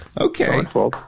Okay